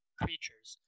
creatures